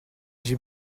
j’ai